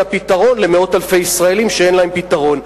פתרון למאות אלפי ישראלים שאין להם פתרון.